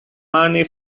money